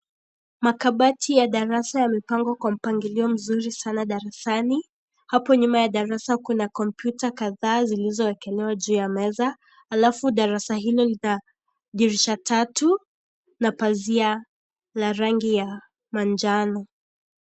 Makabati ya darasa yamepangwa kwa mpangilio mzuri sana darasani. Hapo nyuma ya darasa kuna kompyuta kadhaa zilizowekelewa juu ya meza. Halafu, darasa hilo lina dirisha tatu na pazia la rangi ya manjano.